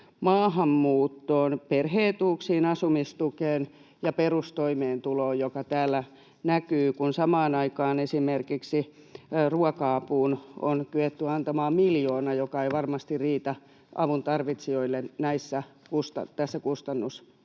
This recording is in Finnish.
maahanmuuttoon — perhe-etuuksiin, asumistukeen ja perustoimeentuloon — jotka täällä näkyvät, kun samaan aikaan esimerkiksi ruoka-apuun on kyetty antamaan miljoona, joka ei varmasti riitä avuntarvitsijoille tässä kustannustilanteessa.